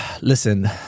Listen